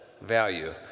value